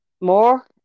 more